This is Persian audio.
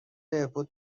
بهبود